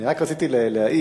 אני רק רציתי להעיר